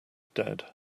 dead